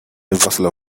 bottle